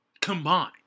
combined